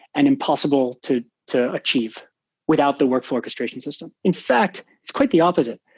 and impossible to to achieve without the workflow orchestration system. in fact, it's quite the opposite.